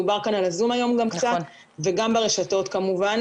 דובר כאן קצת על הזום היום, וגם ברשתות כמובן.